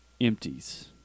empties